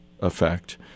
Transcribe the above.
effect